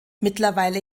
mittlerweile